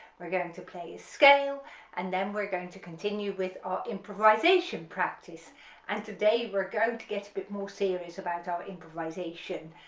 we're going to play a scale and then we're going to continue with our improvisation practice and today we're going to get a bit more serious about our improvisation,